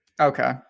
Okay